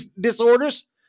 disorders